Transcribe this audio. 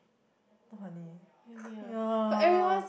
not funny yeah